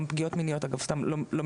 אפילו פגיעות מיניות לא מלמדים,